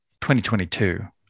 2022